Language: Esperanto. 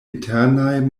internaj